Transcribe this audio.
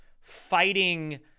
fighting